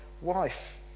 wife